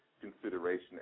consideration